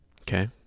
Okay